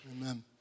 Amen